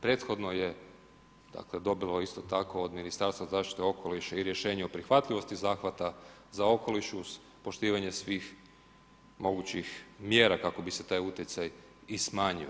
Prethodno je dobilo isto tako od Ministarstva zaštite okoliša i rješenja o prihvatljivosti zahvata za okoliš uz poštivanje svih mogućih mjera kako bi se taj utjecaj i smanjilo.